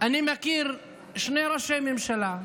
אני מכיר שני ראשי ממשלה,